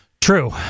True